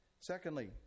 Secondly